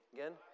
Again